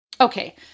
Okay